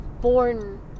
born